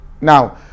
Now